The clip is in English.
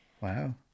Wow